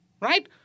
right